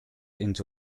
into